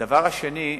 הדבר השני,